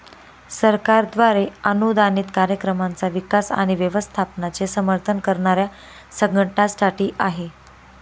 सरकारद्वारे अनुदानित कार्यक्रमांचा विकास आणि व्यवस्थापनाचे समर्थन करणाऱ्या संघटनांसाठी आहे